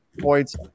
points